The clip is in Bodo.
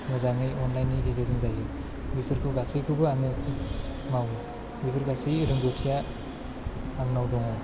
मोजाङै अनलाइननि गेजेरजों जायो बेफोरखौ गासैखौबो आङो मावो बेफोर गासै रोंगथिया आंनाव दङ